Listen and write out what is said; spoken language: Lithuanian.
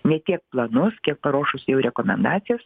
ne tiek planus kiek paruošus jau rekomendacijos